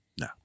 No